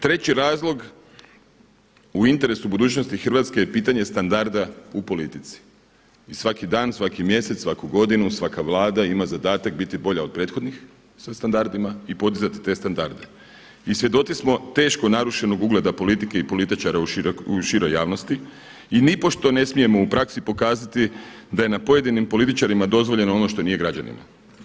Treći razlog u interesu budućnosti Hrvatske je pitanje standarda u politici i svaki dan, svaki mjesec, svaku godinu, svaka Vlada ima zadatak biti bolja od prethodnih sa standardima i podizati te standarde, i svjedoci smo narušenog ugleda politike i političara u široj javnosti i nipošto ne smijemo u praksi pokazati da je na pojedinim političarima dozvoljeno ono što nije građanima.